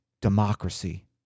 democracy